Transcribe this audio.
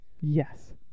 yes